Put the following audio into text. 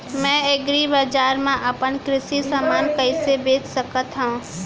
मैं एग्रीबजार मा अपन कृषि समान कइसे बेच सकत हव?